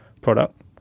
product